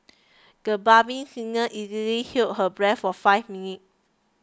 the budding singer easily held her breath for five minutes